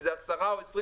אם זה עשרה או עשרים,